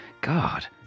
God